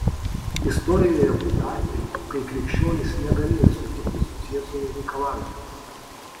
istorijoje būta atvejų kai krikščionys negalėjo sutikti su ciesorių reikalavimais